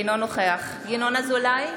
אינו נוכח ינון אזולאי,